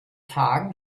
tagen